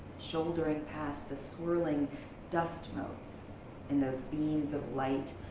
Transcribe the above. shouldering past the swirling dust motes in those beams of light.